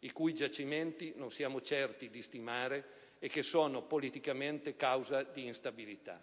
i cui giacimenti non siamo certi di stimare, e che sono politicamente causa di instabilità.